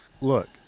Look